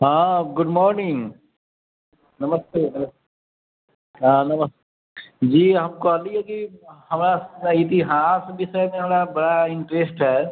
हँ good morning नमस्ते नमस्ते हँ नमस्ते जी हम कहलिय की हमरा इतिहास विषय मे हमरा बड़ा इंट्रेस्ट हय